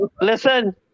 Listen